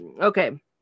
Okay